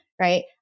right